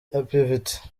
pvt